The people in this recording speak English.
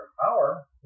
power